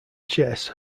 chess